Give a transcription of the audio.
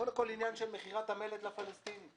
קודם כול בעניין מכירת המלט לפלסטינים.